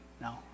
No